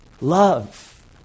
love